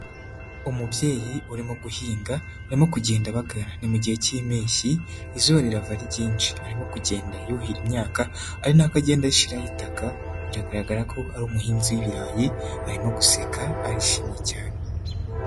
Umubyeyi uri mu guhinga, arimo kugenda abagara mu gihe cy'impeshyi, izuba rirava ari ryinshi, arimo kugenda yuhira imyaka ari nako agenda ashyiraho itaka, biragaragara ko ari umuhinzi w'ibirayi arimo guseka arishimye cyane.